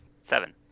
Seven